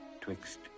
twixt